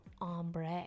ombre